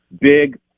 big